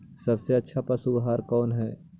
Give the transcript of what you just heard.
सबसे अच्छा पशु आहार कौन है?